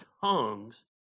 tongues